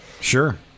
Sure